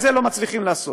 את זה לא מצליחים לעשות.